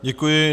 Děkuji.